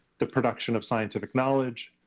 the production of scientific knowledge,